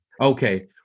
okay